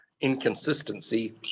inconsistency